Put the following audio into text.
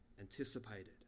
anticipated